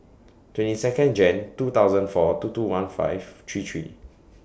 twenty Second Jan two thousand four two two one five three three